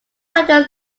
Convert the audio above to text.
like